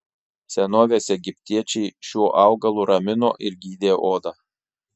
senovės egiptiečiai šiuo augalu ramino ir gydė odą